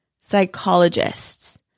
psychologists